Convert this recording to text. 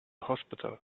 hospital